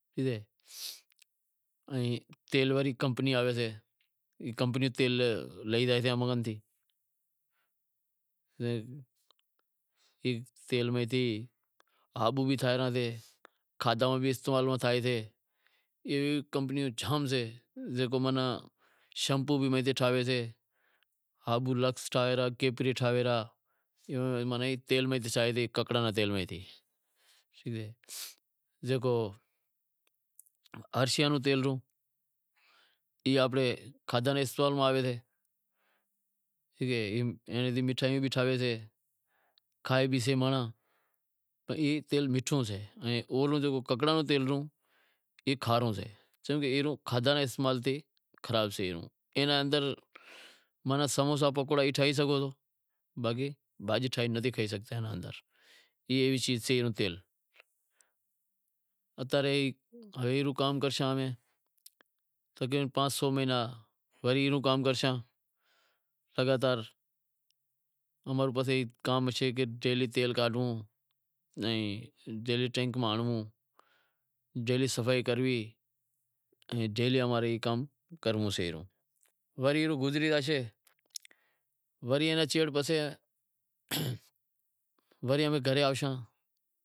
تیل واری کمپنی آویسے، تیل لئی زائیسے کھادہے میں بھی استئمال بھی تھئیسے، ایوی ایوی کمپنیوں زام سے زکو شیمپو بھی ایئے ماں ٹھائیسیں، لکس ہابونڑ ٹھائی رہیا، کیپری ٹھائی رہیا، اے ککڑاں ماں ٹھائیں تا، جیکو ہر شے روں تیل، ای آنپڑے کادہا رے استعمال میں آوی زائے، ائیے ماں مٹھائیوں بھی ٹھائویسیں، کھائے مانڑاں ای تیل مٹھو سے ککڑاں رو تیل کھارو سے چمکہ کادہا رے استعمال سیں خراب تھئے زائے، ماناں سموسا پکوڑا ای ٹھائی شگو تا باقی بھاجی نتھی ٹھائی شگتا، ای ایوی چیز سے ایئے رو تیل، اتا رے روئی رو کام کرشاں، تقریبن پانس مہینا تیل کانڈھووں ان ٹینک ماں ہنڑوں، ڈیلی صفائی کروی، تو ڈیلی ای کام کرنڑوں شے، وری ایئے ناں شیڑ پسے وری گھرے آوشوں،